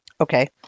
Okay